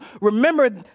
remember